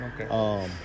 Okay